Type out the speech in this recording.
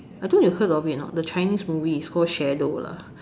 I don't know you heard of it or not the chinese movie is called shadow lah